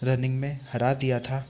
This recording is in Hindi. रनिंग में हरा दिया था